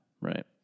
Right